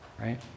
right